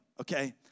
Okay